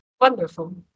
Wonderful